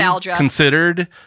considered